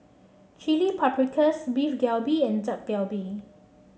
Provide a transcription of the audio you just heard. chili Paprikas Beef Galbi and Dak Galbi